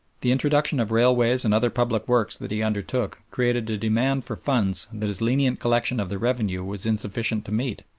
the introduction of railways and other public works that he undertook created a demand for funds that his lenient collection of the revenue was insufficient to meet,